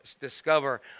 discover